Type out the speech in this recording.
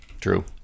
True